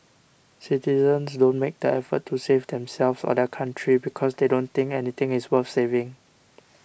citizens don't make the effort to save themselves or their country because they don't think anything is worth saving